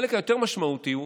החלק היותר-משמעותי הוא